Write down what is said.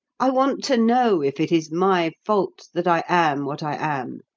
i want to know if it is my fault that i am what i am,